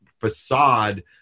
facade